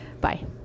bye